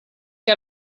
che